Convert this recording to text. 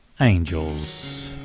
Angels